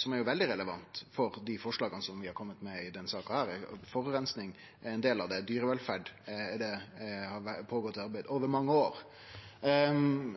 som jo er veldig relevant for dei forslaga vi har kome med i denne saka. Forureining er ein del av det, dyrevelferd er det – det har føregått arbeid over mange år.